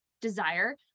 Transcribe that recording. desire